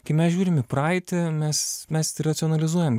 kai mes žiūrim į praeitį mes mes racionalizuojam